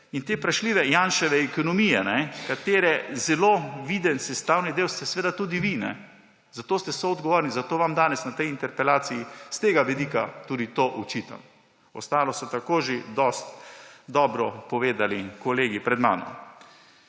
in te vprašljive Janševe ekonomije, katere zelo viden sestavni del ste seveda tudi vi. Zato ste soodgovorni, zato vam danes na tej interpelaciji s tega vidika tudi to očitajo. O ostalem so tako že dosti dobro povedali kolegi pred mano.